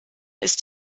ist